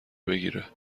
بگیره